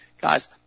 Guys